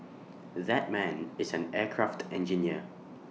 that man is an aircraft engineer